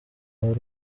w’u